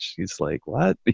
she's like, what?